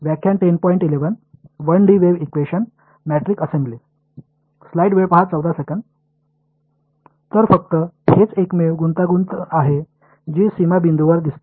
तर फक्त हेच एकमेव गुंतागुंत आहे जी सीमा बिंदूवर दिसते